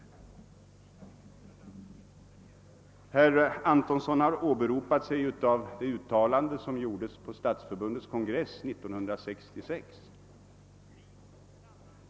Herr Antonsson har åberopat det uttalande som gjordes på Stadsförbundets kongress 1966.